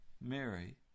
Mary